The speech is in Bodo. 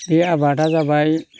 बे आबादा जाबाय